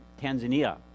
Tanzania